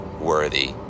worthy